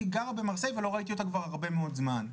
כי היא גרה במרסיי ולא ראיתי אותה כבר הרבה מאוד זמן.